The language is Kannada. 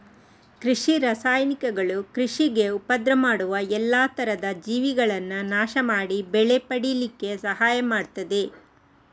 ಕೃಷಿ ರಾಸಾಯನಿಕಗಳು ಕೃಷಿಗೆ ಉಪದ್ರ ಮಾಡುವ ಎಲ್ಲಾ ತರದ ಜೀವಿಗಳನ್ನ ನಾಶ ಮಾಡಿ ಬೆಳೆ ಪಡೀಲಿಕ್ಕೆ ಸಹಾಯ ಮಾಡ್ತದೆ